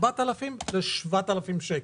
4,000 ל-7,000 שקל.